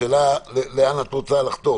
השאלה לאן את רוצה לחתור.